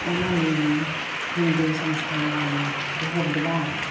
ਉਨ੍ਹਾਂ ਨੇ ਵੀ ਹਿੰਦੂ ਸੰਸਥਾਵਾਂ ਨੂੰ ਬਹੁਤ ਵਧਾਇਆ ਹੈ